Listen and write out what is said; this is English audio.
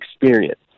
experience